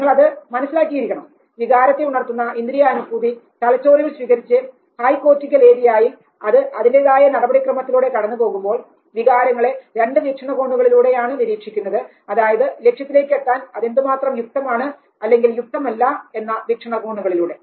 നിങ്ങൾ ഇത് മനസ്സിലാക്കിയിരിക്കണം വികാരത്തെ ഉണർത്തുന്ന ഇന്ദ്രിയാനുഭൂതി തലച്ചോറിൽ സ്വീകരിച്ച് ഹൈക്കോർട്ടിക്കൽ ഏരിയയിൽ അത് അതിൻറെതായ നടപടിക്രമത്തിലൂടെ കടന്നു പോകുമ്പോൾ വികാരങ്ങളെ രണ്ടു വീക്ഷണകോണിലൂടെയാണ് നിരീക്ഷിക്കുന്നത് അതായത് ലക്ഷ്യത്തിലേക്ക് എത്താൻ അതെന്തുമാത്രം യുക്തമാണ് അല്ലെങ്കിൽ യുക്തമല്ല എന്ന വീക്ഷണകോണിലൂടെ